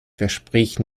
versprich